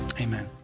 amen